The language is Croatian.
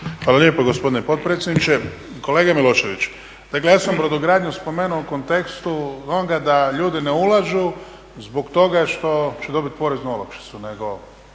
Hvala lijepo gospodine potpredsjedniče. Kolega Milošević, dakle ja sam brodogradnju spomenuo u kontekstu onoga da ljudi ulažu zbog toga što će dobiti poraznu olakšicu,